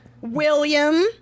William